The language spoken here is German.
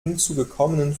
hinzugekommenen